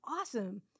awesome